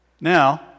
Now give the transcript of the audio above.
Now